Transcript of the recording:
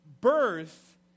birth